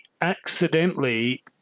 accidentally